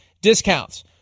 discounts